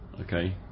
Okay